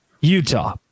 Utah